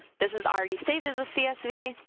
this is already saved as a csv,